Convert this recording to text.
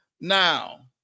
Now